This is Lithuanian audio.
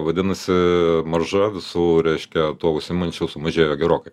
vadinasi marža visų reiškia tuo užsiimančių sumažėjo gerokai